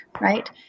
right